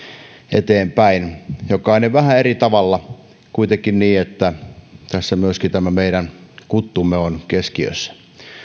eteenpäin jokainen vähän eri tavalla kuitenkin niin että tässä myöskin tämä meidän kuttumme on keskiössä